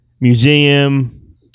Museum